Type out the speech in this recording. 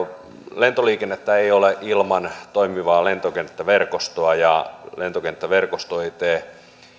lentoliikennettä ei ole ilman toimivaa lentokenttäverkostoa ja lentokenttäverkosto ei tee